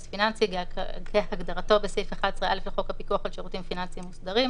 פיננסי" כהגדרתו בסעיף 11א לחוק הפיקוח על שירותים פיננסיים מוסדרים,